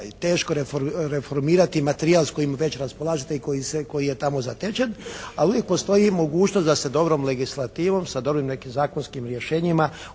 teško reformirati materijal s kojim već raspolažete i koji se, koji je tamo zatečen. Ali uvijek postoji i mogućnost da se dobrom legislativom sa dobrim nekim zakonskim rješenjima